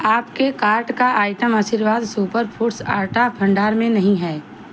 आपके कार्ट का item Aashirvaad super foods आटा भंडार में नहीं है